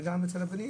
וגם אצל הבנים.